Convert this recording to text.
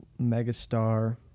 megastar